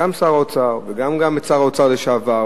גם את שר האוצר וגם את שר האוצר לשעבר,